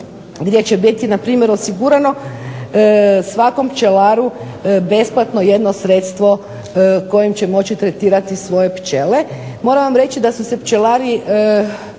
gdje će biti na primjer osigurano svakom pčelaru besplatno jedno sredstvo kojim će moći tretirati svoje pčele.